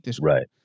Right